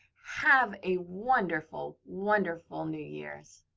have a wonderful, wonderful new year's.